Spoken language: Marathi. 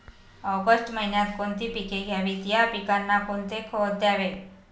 ऑगस्ट महिन्यात कोणती पिके घ्यावीत? या पिकांना कोणते खत द्यावे?